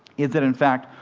is that, in fact,